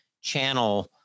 channel